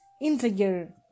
integer